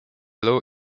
low